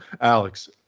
Alex